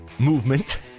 movement